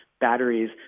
batteries